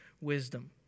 wisdom